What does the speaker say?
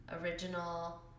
original